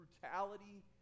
brutality